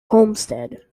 homestead